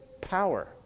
power